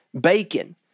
Bacon